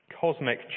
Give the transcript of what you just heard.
cosmic